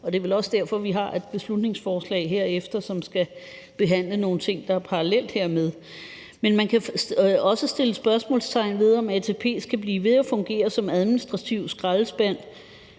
og det er vel også derfor, vi har et beslutningsforslag herefter, hvor vi skal behandle nogle ting, der er parallelle til det. Men man kan også sætte spørgsmålstegn ved, om ATP skal blive ved med at fungere som administrativ skraldespand